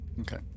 okay